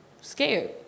scared